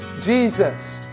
Jesus